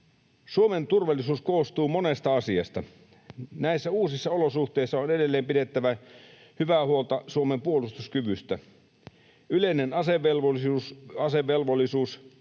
Suomen turvallisuus koostuu monesta asiasta. Näissä uusissa olosuhteissa on edelleen pidettävä hyvää huolta Suomen puolustuskyvystä. Yleinen asevelvollisuus,